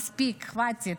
מספיק, חבאטיט.